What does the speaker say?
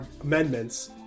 amendments